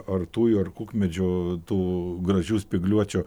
ar tujų ar kukmedžių tų gražių spygliuočių